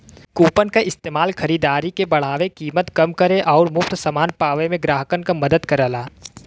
coupon क इस्तेमाल खरीदारी के बढ़ावे, कीमत कम करे आउर मुफ्त समान पावे में ग्राहकन क मदद करला